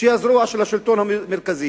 שהיא הזרוע של השלטון המרכזי.